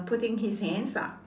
putting his hands up